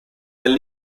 del